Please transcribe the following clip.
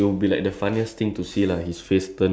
so ya like when he's angry